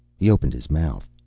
he opened his mouth.